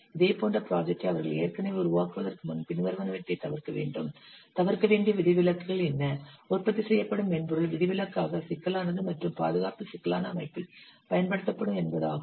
இதேபோன்ற ப்ராஜெக்டை அவர்கள் ஏற்கனவே உருவாக்குவதற்கு முன் பின்வருவனவற்றை தவிர்க்க வேண்டும் தவிர்க்கவேண்டிய விதிவிலக்குகள் என்ன உற்பத்தி செய்யப்படும் மென்பொருள் விதிவிலக்காக சிக்கலானது மற்றும் பாதுகாப்பு சிக்கலான அமைப்பில் பயன்படுத்தப்படும் என்பதாகும்